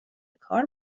کار